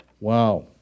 Wow